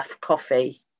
coffee